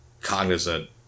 cognizant